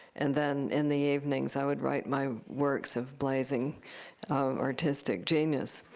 and then in the evenings, i would write my works of blazing artistic genius.